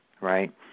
Right